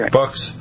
books